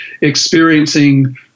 experiencing